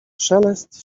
szelest